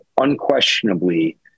unquestionably